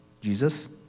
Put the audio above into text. Jesus